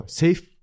safe